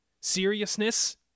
seriousness